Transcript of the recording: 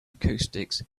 acoustics